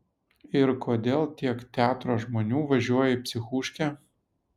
ir kodėl tiek teatro žmonių važiuoja į psichuškę